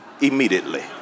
immediately